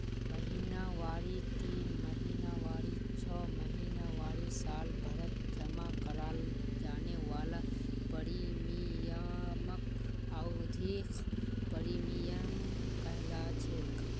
महिनावारी तीन महीनावारी छो महीनावारी सालभरत जमा कराल जाने वाला प्रीमियमक अवधिख प्रीमियम कहलाछेक